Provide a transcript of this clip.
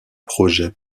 projet